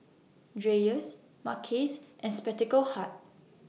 Dreyers Mackays and Spectacle Hut